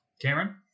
Cameron